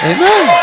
Amen